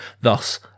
thus